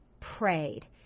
prayed